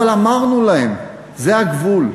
אבל אמרנו להם, זה הגבול.